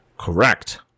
correct